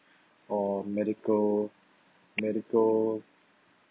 or medical medical